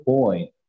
point